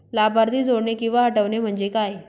लाभार्थी जोडणे किंवा हटवणे, म्हणजे काय?